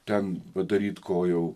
ten padaryt ko jau